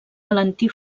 valentí